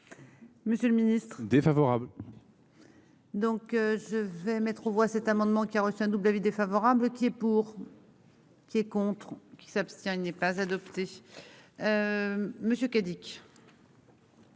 Monsieur le Ministre défavorable. Au collège. Donc je vais mettre aux voix cet amendement qui a reçu un double avis défavorable qui est pour. Qui est contre qui s'abstient. Il n'est pas adopté. Monsieur K.